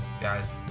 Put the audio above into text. guys